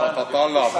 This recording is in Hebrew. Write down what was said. אדוני היושב-ראש,